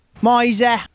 miser